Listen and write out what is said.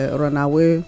runaway